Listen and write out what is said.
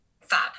fab